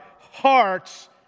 hearts